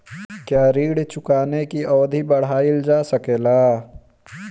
क्या ऋण चुकाने की अवधि बढ़ाईल जा सकेला?